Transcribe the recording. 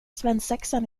svensexan